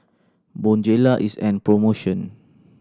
Bonjela is an promotion